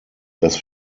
dass